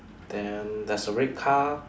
then there's a red car